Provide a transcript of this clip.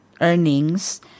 earnings